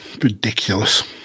ridiculous